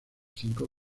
cinco